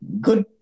good